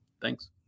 Thanks